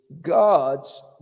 God's